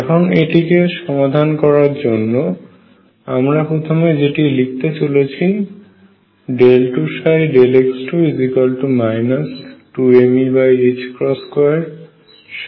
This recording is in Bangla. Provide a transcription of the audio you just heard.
এখন এটিকে সমাধান করার জন্য আমরা প্রথমে যেটি লিখতে চলেছি d2dx2 2mE2